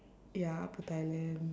ya up to thailand